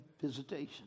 visitation